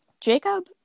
Jacob